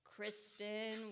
Kristen